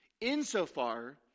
insofar